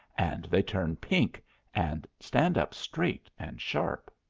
and they turn pink and stand up straight and sharp.